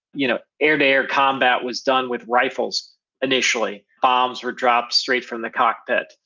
you know air to air combat was done with rifles initially. bombs were dropped straight from the cockpit,